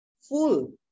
full